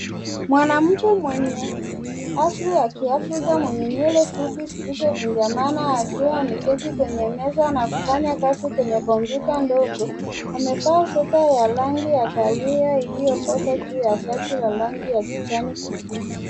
Mwanamke mwenye asili ya kiafrika mwenye nywele fupi zilizo kunjamana akiwa ameketi kwenye meza na kufanya kazi kwenye kompyuta ndogo amevaa sweta ya rangi ya kahawia iliyokoza juu ya shati la rangi ya kijani kibichi.